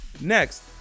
Next